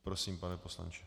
Prosím, pane poslanče.